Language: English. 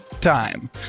time